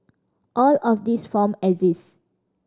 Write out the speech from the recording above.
all of these form exist